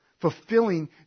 fulfilling